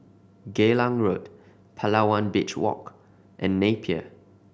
Geylang Road Palawan Beach Walk and Napier